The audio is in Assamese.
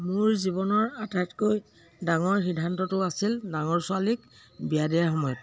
মোৰ জীৱনৰ আটাইতকৈ ডাঙৰ সিদ্ধান্তটো আছিল ডাঙৰ ছোৱালীক বিয়া দিয়াৰ সময়ত